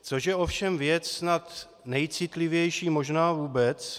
Což je ovšem věc snad nejcitlivější možná vůbec.